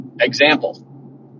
Example